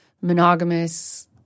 monogamous